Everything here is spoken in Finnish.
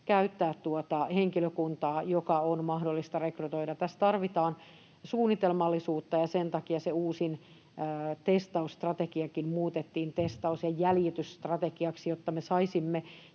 käyttää henkilökuntaa, joka on mahdollista rekrytoida. Tässä tarvitaan suunnitelmallisuutta, ja sen takia se uusin testausstrategiakin muutettiin testaus- ja jäljitysstrategiaksi, jotta me saisimme